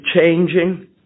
changing